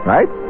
Right